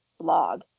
blog